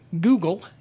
Google